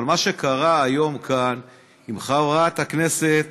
אבל מה שקרה היום כאן עם חברת הכנסת